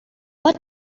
what